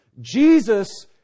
Jesus